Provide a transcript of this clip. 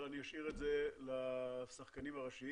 אבל אני אשאיר את זה לשחקנים הראשיים.